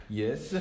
yes